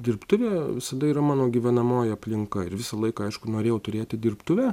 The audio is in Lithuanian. dirbtuvė visada yra mano gyvenamoji aplinka ir visą laiką aišku norėjau turėti dirbtuvę